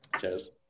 Cheers